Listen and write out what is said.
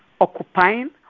occupying